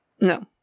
No